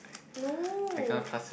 no